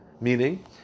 Meaning